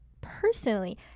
personally